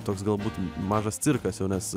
toks galbūt mažas cirkas jau nes